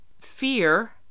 fear